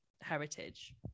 heritage